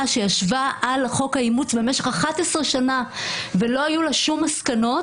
שישבה על חוק האימוץ במשך 11 שנה ולא היו לה שום מסקנות,